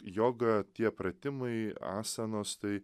joga tie pratimai asanos tai